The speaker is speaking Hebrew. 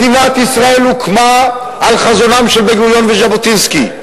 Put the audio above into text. מדינת ישראל הוקמה על חזונם של בן-גוריון וז'בוטינסקי.